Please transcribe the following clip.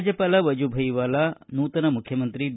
ರಾಜ್ಯಪಾಲ ವಜೂಭಾಯಿ ವಾಲಾ ನೂತನ ಮುಖ್ಯಮಂತ್ರಿ ಬಿ